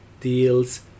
deals